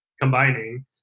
combining